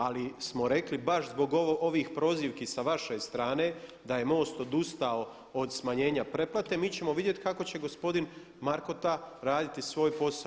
Ali smo rekli baš zbog ovih prozivki sa vaše strane da je MOST odustao od smanjenja pretplate, mi ćemo vidjeti kako će gospodin Markota raditi svoj posao.